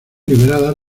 liberada